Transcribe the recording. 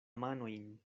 manojn